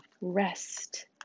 rest